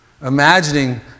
Imagining